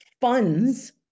funds